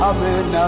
Amen